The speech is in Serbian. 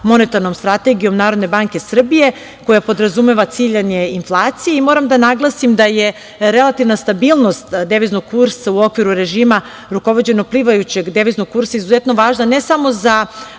monetarnom strategijom Narodne banke Srbije koja podrazumeva ciljanje inflacije. Moram da naglasim da je relativna stabilnost deviznog kursa u okviru režima rukovođeno plivajućeg deviznog kursa izuzetno važna ne samo za